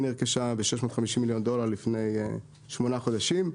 נרכשה ב-650 מיליון דולר לפני שמונה חודשים,